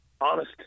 honest